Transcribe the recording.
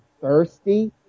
thirsty